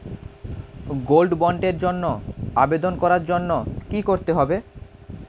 Gold বন্ডের জন্য আবেদন করার জন্য কি করতে হবে?